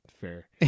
fair